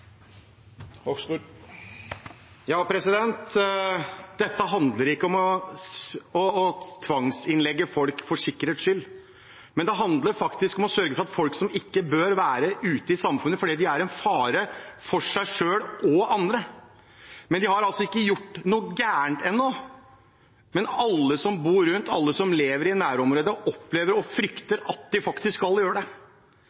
Dette handler ikke om å tvangsinnlegge folk for sikkerhets skyld, men det handler faktisk om å sørge for at folk som er en fare for seg selv og andre, ikke bør være ute i samfunnet. De har altså ikke gjort noe galt ennå, men alle som bor rundt, alle som lever i nærområdet, opplever og